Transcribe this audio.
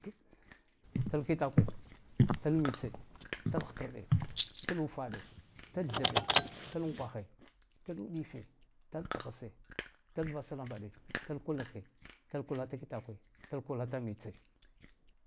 Tal kitakwe, tal mitse, tal ghkarɗe, tal ufade, talthaɓɓe, tal unkwage, tal uɗife, tal tghsse, tal vaslambaɗe, gtal kulukke, tal kwlata kitakwe, tal kwlata mitse.